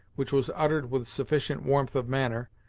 which was uttered with sufficient warmth of manner,